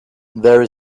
there